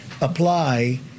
apply